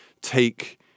take